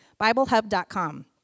BibleHub.com